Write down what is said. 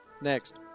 Next